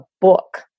book